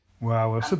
Wow